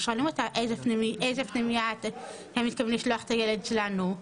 אנחנו שואלים אותה איזה פנימייה הם מתכוונים לשלוח את הילד שלנו,